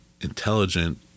Intelligent